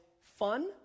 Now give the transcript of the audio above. fun